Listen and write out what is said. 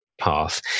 path